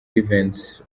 events